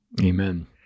amen